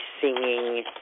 singing